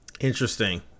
Interesting